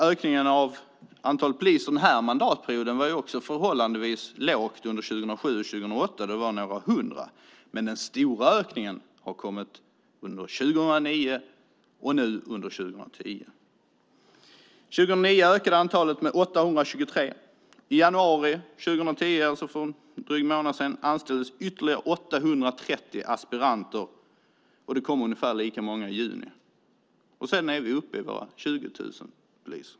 Ökningen av antalet poliser under den innevarande mandatperioden var förhållandevis liten åren 2007-2008. Det var några hundra. Den stora ökningen har kommit under 2009 och nu under 2010. År 2009 ökade antalet med 823. I januari 2010, alltså för en dryg månad sedan, anställdes ytterligare 830 aspiranter, och ungefär lika många kommer i juni. Därmed är vi uppe i våra 20 000 poliser.